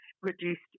reduced